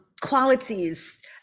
qualities